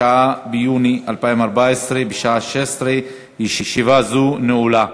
התשע"ד 2014, עברה בקריאה ראשונה,